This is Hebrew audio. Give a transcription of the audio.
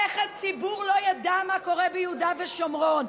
איך הציבור לא ידע מה קורה ביהודה ושומרון,